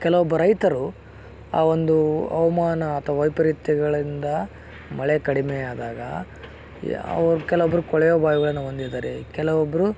ಕೆಲವೊಬ್ಬ ರೈತರು ಆ ಒಂದು ಹವ್ಮಾನ ಅಥವಾ ವೈಪರಿತ್ಯಗಳಿಂದ ಮಳೆ ಕಡಿಮೆಯಾದಾಗ ಯಾವ ಕೆಲವೊಬ್ಬರು ಕೊಳವೆ ಬಾವಿಗಳನ್ನು ಹೊಂದಿದಾರೆ ಕೆಲವೊಬ್ಬರು